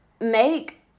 make